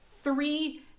three